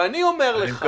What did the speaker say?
ואני אומר לך,